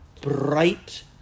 bright